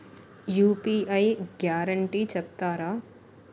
UPI guarantee చెప్తారా?